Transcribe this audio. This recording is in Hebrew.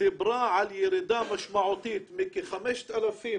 דיברה על ירידה משמעותית מכ-5,000